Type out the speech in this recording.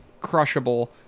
crushable